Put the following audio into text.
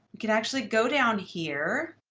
you can actually go down here.